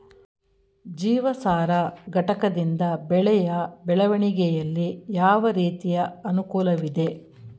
ಜೀವಸಾರ ಘಟಕದಿಂದ ಬೆಳೆಯ ಬೆಳವಣಿಗೆಯಲ್ಲಿ ಯಾವ ರೀತಿಯ ಅನುಕೂಲವಿದೆ?